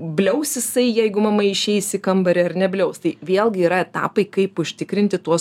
bliaus jisai jeigu mama išeis į kambarį ar nebliaus tai vėlgi yra etapai kaip užtikrinti tuos